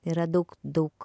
yra daug daug